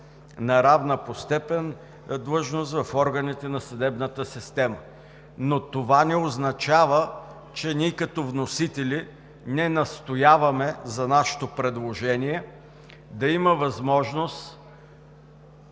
на равна по степен длъжност в органите на съдебната система. Това обаче не означава, че ние като вносители не настояваме за нашето предложение да има възможност